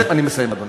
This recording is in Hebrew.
אני מסיים אדוני.